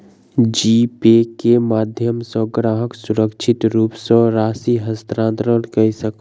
जी Pay के माध्यम सॅ ग्राहक सुरक्षित रूप सॅ राशि हस्तांतरण कय सकल